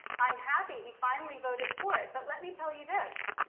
i'm happy he finally voted for it, but let me tell you this,